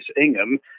Ingham